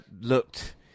looked